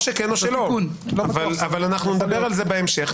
או שכן או שלא, אבל נדבר על זה בהמשך.